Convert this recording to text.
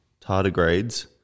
Tardigrades